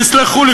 תסלחו לי.